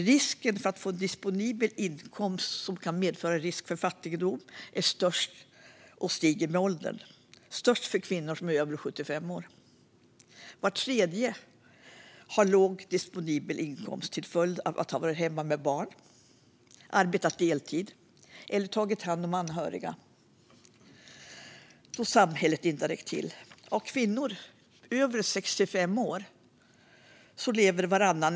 Risken att ha en disponibel inkomst som kan medföra risk för fattigdom stiger med åldern. Risken är störst för kvinnor som är över 75 år. Var tredje har låg disponibel inkomst till följd av att de har varit hemma med barn, arbetat deltid eller tagit hand om anhöriga då samhället inte har räckt till. Varannan kvinna över 65 år lever ensam.